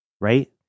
right